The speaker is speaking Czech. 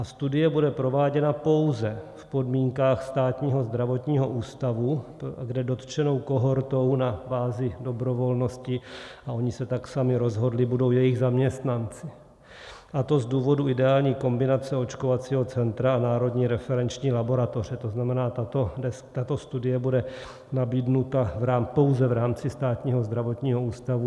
Studie bude prováděna pouze v podmínkách Státního zdravotního ústavu, kde dotčenou kohortou na bázi dobrovolnosti, a oni se tak sami rozhodli, budou jejich zaměstnanci, a to z důvodu ideální kombinace očkovacího centra a Národní referenční laboratoře, to znamená, že tato studie bude nabídnuta pouze v rámci Státního zdravotního ústavu.